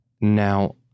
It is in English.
Now